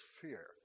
fear